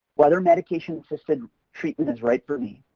whether medication-assisted treatment is right for me.